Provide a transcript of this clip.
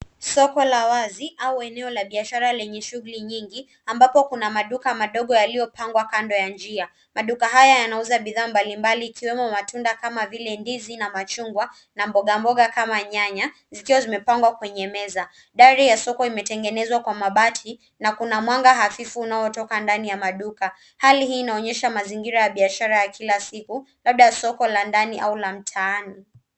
Soko la wazi au eneo la biashara lenye shughuli nyingi, ambapo kuna maduka madogo yaliyopangwa kando ya njia. Maduka haya yanauza bidhaa mbalimbali ikiwemo matunda kama vile ndizi na machungwa na mboga mboga kama nyanya, zikiwa zimepangwa kwenye meza. Dari ya soko imetengenezwa kwa mabati na kuna mwanga hafifu inayotoka ndani ya maduka. Hali hii inaonyesha mazingira ya biashara ya kila siku, labda soko la ndani au la mtaani.